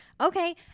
okay